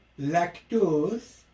lactose